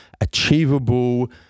achievable